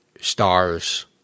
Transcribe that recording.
stars